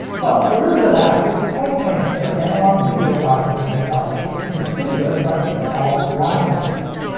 well, faroudja labs was quite famous for analog video processing technologies, in particular devices called line doublers.